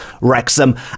Wrexham